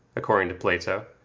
according to plato,